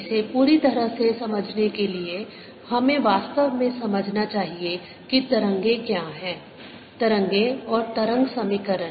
इसे पूरी तरह से समझने के लिए हमें वास्तव में समझना चाहिए कि तरंगें क्या हैं तरंगें और तरंग समीकरण